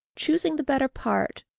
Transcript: choosing the better part,